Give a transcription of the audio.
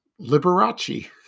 Liberace